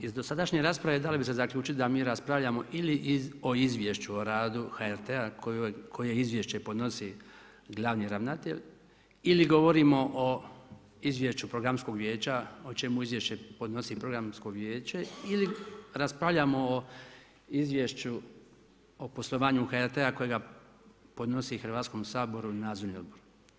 Iz dosadašnje rasprave dalo bi se zaključiti da mi raspravljamo ili o Izvješću o radu HRT-u koje izvješće podnosi glavni ravnatelj, ili govorimo o Izvješću Programskog vijeća o čemu izvješće podnosi Programsko vijeće ili raspravljamo o Izvješću o poslovanju HRT-a kojega podnosi Hrvatskom saboru nadzorni odbor.